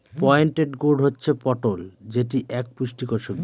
pointed gourd হচ্ছে পটল যেটি এক পুষ্টিকর সবজি